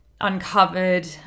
uncovered